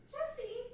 Jesse